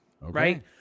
Right